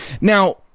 Now